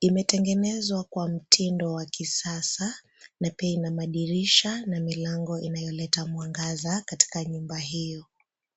Imetengenezwa kwa mtindo wa kisasa na pia ina madirisha na milango inayoleta mwangaza katika nyumba hiyo.